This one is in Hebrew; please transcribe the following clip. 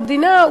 במדינה,